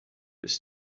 ist